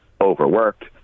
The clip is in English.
overworked